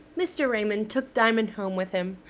mr. raymond took diamond home with him,